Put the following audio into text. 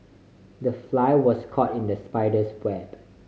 the fly was caught in the spider's web